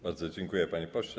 Bardzo dziękuję, panie pośle.